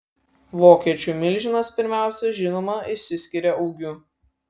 vokiečių milžinas pirmiausia žinoma išsiskiria ūgiu